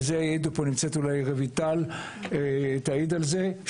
יכול לעשות זאת אלא רק מי שעבר הכשרה.